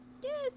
Yes